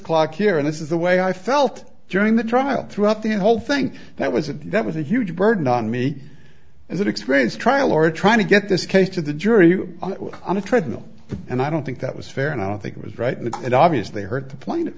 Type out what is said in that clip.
clock here and this is the way i felt during the trial throughout the whole thing that was an that was a huge burden on me and that experience trial or trying to get this case to the jury on a treadmill and i don't think that was fair and i don't think it was right and it obviously hurt the pla